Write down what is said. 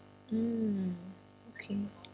mm okay